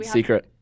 Secret